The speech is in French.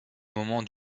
moment